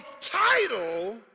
title